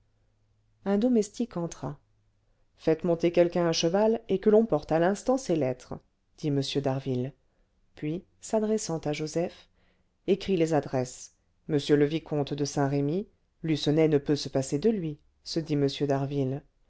un domestique entra faites monter quelqu'un à cheval et que l'on porte à l'instant ces lettres dit m d'harville puis s'adressant à joseph écris les adresses m le vicomte de saint-remy lucenay ne peut se passer de lui se dit